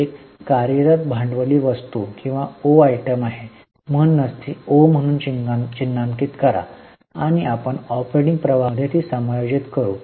ही एक कार्यरत भांडवली वस्तू किंवा ओ आयटम आहे म्हणून ती ओ म्हणून चिन्हांकित करा आणि आपण ऑपरेटिंग प्रवाहामध्ये ती समायोजित करू